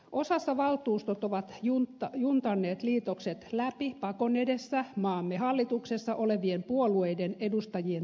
osassa valtuustot ovat juntanneet liitokset läpi pakon edessä maamme hallituksessa olevien puolueiden edustajien toimesta